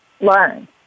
learn